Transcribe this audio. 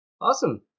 Awesome